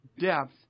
depth